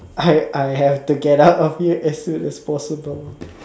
I I have to get out of here as soon as possible